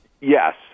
Yes